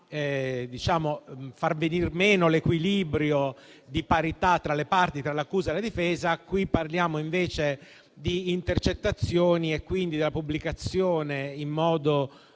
facendo venire meno l'equilibrio di parità tra le parti, tra l'accusa e la difesa, qui parliamo invece di intercettazioni e quindi della pubblicazione illegale